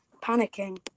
panicking